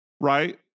right